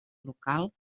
local